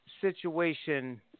situation